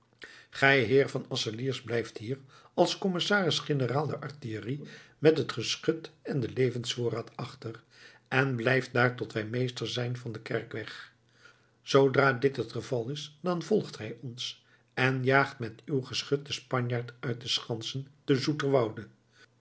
gij heer van assaliers blijft hier als commissaris generaal der artillerie met het geschut en den levensvoorraad achter en blijft daar tot wij meester zijn van den kerkweg zoodra dit het geval is dan volgt gij ons en jaagt met uw geschut den spanjaard uit de schansen te zoeterwoude